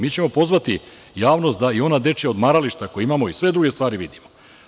Mi ćemo pozvati javnost da i ona dečija odmarališta koja imamo i sve druge stvari vidimo.